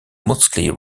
mostly